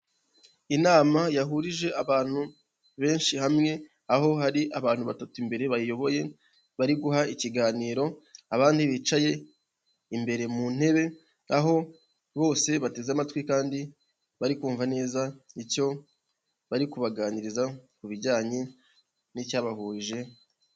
Inama yahurije abantu benshi hamwe, aho hari abantu batatu mbere bayoboye bari guha ikiganiro abandi bicaye imbere mu ntebe aho bose bateze amatwi kandi bari kumva neza icyo bari kubaganiriza ku bijyanye n'icyabahuje.